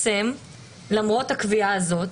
למרות קביעה זו,